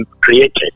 created